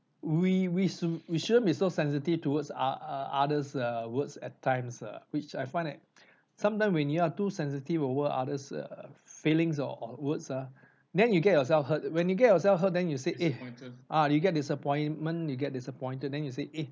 we we should we shouldn't be so sensitive towards uh err others err words at times uh which I find it sometime when you are too sensitive over others err feelings or or words ah then you get yourself hurt when you get yourself hurt then you said eh ah you get disappointment you get disappointed then you said eh